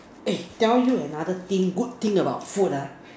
eh tell you another thing good thing about food ah